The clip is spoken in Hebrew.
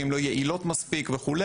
כי הן לא יעילות מספיק וכו',